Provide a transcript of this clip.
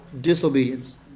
disobedience